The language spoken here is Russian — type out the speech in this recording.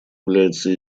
является